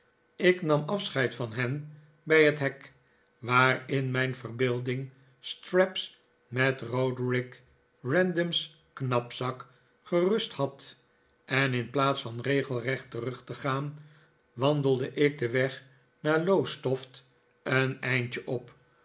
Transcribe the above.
ik nam afscheid van hen bij het hek waar in mijn verbeelding straps met roderick random's knapzak gerust had en in plaats van regelrecht terug te gaan wandelde ik den weg naar lowestoft een eindje op